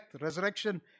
resurrection